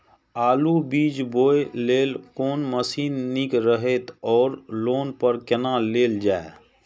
आलु बीज बोय लेल कोन मशीन निक रहैत ओर लोन पर केना लेल जाय?